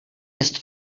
jest